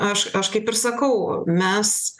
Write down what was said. aš aš kaip ir sakau mes